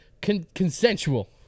consensual